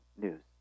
news